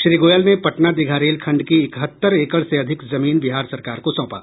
श्री गोयल ने पटना दीघा रेल खंड की इकहत्तर एकड़ से अधिक जमीन बिहार सरकार को सौंपा